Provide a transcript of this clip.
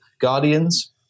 Guardians